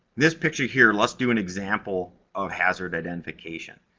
this picture here, let's do an example of hazard identification.